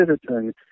citizen